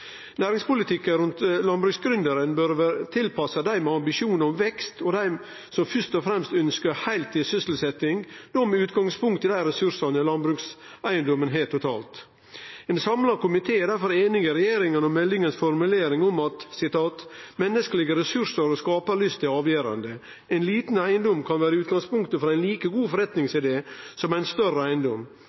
Næringspolitikken rundt landbruksgründeren bør vere tilpassa dei med ambisjonar om vekst og dei som først og fremst ønskjer heiltids sysselsetjing, då med utgangspunkt i dei ressursane landbrukseigedomen har totalt. Ein samla komité er difor einig i regjeringas formulering i meldinga: «Menneskelege ressursar og skaparlyst er avgjerande. Ein liten eigedom kan vere utgangspunktet for ein like god forretningsidé som ein større eigedom.